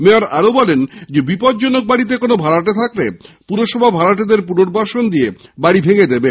mayor বলেন বিপজ্জনক বাড়িতে কোন ভাড়াটে থাকলে পুরসভা ভাড়াটেদের পুনর্বাসন নিয়ে বাড়ি ভেঙ্গে দেবে